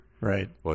Right